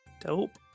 Dope